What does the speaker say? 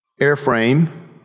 airframe